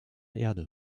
erde